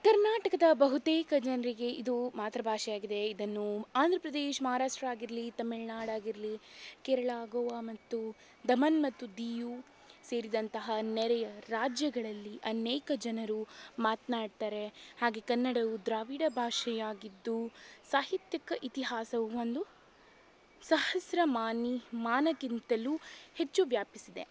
ಕರ್ನಾಟಕದ ಬಹುತೇಕ ಜನರಿಗೆಗೆ ಇದು ಮಾತೃಭಾಷೆಯಾಗಿದೆ ಇದನ್ನು ಆಂಧ್ರ ಪ್ರದೇಶ ಮಹಾರಾಷ್ಟ್ರ ಆಗಿರಲಿ ತಮಿಳ್ನಾಡು ಆಗಿರಲಿ ಕೇರಳ ಗೋವಾ ಮತ್ತು ದಮನ್ ಮತ್ತು ದಿಯು ಸೇರಿದಂತಹ ನೆರೆಯ ರಾಜ್ಯಗಳಲ್ಲಿ ಅನೇಕ ಜನರು ಮಾತ್ನಾಡ್ತಾರೆ ಹಾಗೆ ಕನ್ನಡವು ದ್ರಾವಿಡ ಭಾಷೆಯಾಗಿದ್ದು ಸಾಹಿತ್ಯಕ ಇತಿಹಾಸವು ಒಂದು ಸಹಸ್ರ ಮಾನ ಮಾನಕ್ಕಿಂತಲೂ ಹೆಚ್ಚು ವ್ಯಾಪಿಸಿದೆ